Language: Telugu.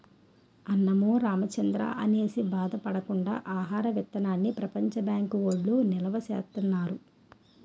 అన్నమో రామచంద్రా అనేసి బాధ పడకుండా ఆహార విత్తనాల్ని ప్రపంచ బ్యాంకు వౌళ్ళు నిలవా సేత్తన్నారు